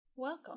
Welcome